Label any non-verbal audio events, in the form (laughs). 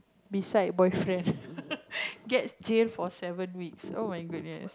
beside boyfriend (laughs) gets jailed for seven weeks oh-my-goodness